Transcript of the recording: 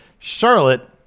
Charlotte